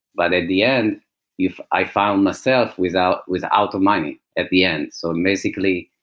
but at the end if i found myself without without um money at the end. so basically,